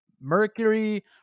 Mercury